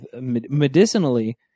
medicinally